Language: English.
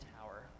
tower